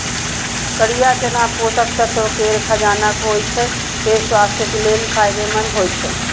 करिया चना पोषक तत्व केर खजाना होइ छै, तें स्वास्थ्य लेल फायदेमंद होइ छै